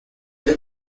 for